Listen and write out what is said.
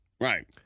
right